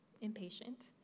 impatient